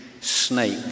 snake